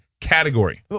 category